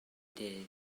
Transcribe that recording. ddydd